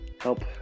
help